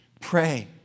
Pray